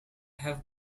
have